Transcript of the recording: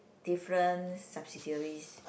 different subsidiaries